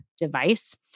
Device